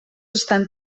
estan